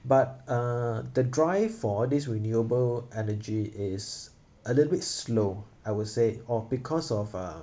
but uh the drive for all these renewable energy is a little bit slow I would say or because of uh